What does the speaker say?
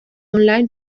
online